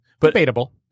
debatable